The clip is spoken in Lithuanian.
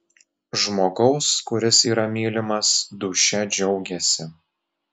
žmogaus kuris yra mylimas dūšia džiaugiasi